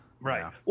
Right